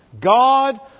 God